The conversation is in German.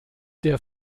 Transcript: der